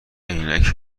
عینک